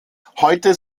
heute